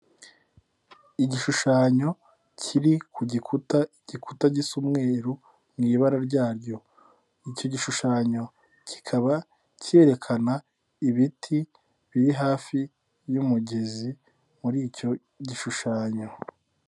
Igishushanyo kiri ku gikuta, igikuta gisa umweru mu ibara ryaryo. Icyo gishushanyo kikaba cyerekana ibiti biri hafi y'umugezi muri icyo gishushanyo.